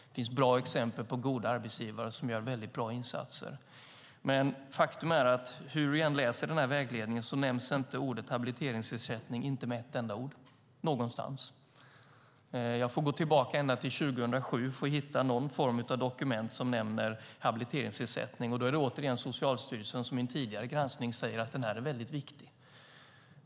Det finns exempel på goda arbetsgivare som gör väldigt bra insatser. Men faktum är att hur jag än läser vägledningen ser jag inte att ordet habiliteringsersättning nämns någonstans. Jag får gå tillbaka ända till 2007 för att hitta någon form av dokument som nämner habiliteringsersättning, och då är det återigen Socialstyrelsen som i en tidigare granskning säger att den är väldigt viktig.